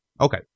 Okay